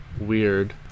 weird